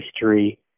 history